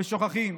ושוכחים,